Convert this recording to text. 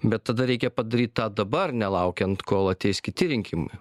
bet tada reikia padaryt tą dabar nelaukiant kol ateis kiti rinkimai